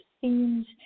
themes